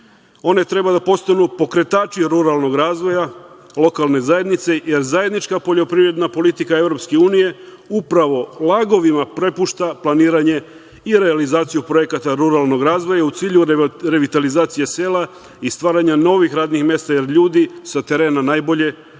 One treba da postanu pokretači ruralnog razvoja, lokalne zajednice, jer zajednička poljoprivredna politika Evropske unije upravo lagovima prepušta planiranje i realizaciju projekata ruralnog razvoja u cilju revitalizacije sela i stvaranja novih radnih mesta, jer ljudi sa terena najbolje